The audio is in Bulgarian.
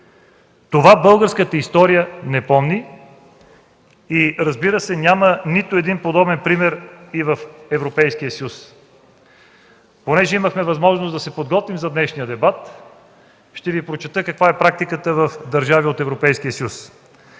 Това българската история не помни и, разбира се, няма нито един подобен пример и в Европейския съюз. Понеже имахме възможност да се подготвим за днешния дебат, ще Ви прочета каква е практиката в държави от Европейския съюз.